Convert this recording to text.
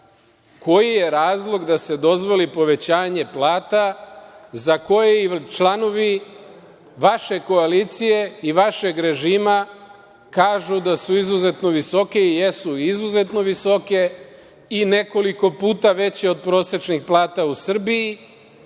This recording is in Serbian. Koji je razlog da se dozvoli povećanje plata, za koji članovi vaše koalicije i vašeg režima kažu da su izuzetno visoke i jesu izuzetno visoke i nekoliko puta veće od prosečnih plata u Srbiji